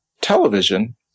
television